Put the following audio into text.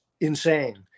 insane